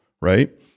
right